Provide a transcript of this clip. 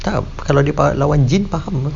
tak kalau dia lawan jin faham ke